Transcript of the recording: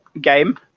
game